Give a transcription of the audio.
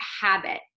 habit